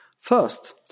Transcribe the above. First